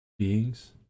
Beings